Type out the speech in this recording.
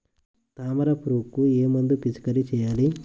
తామర పురుగుకు ఏ మందు పిచికారీ చేయాలి?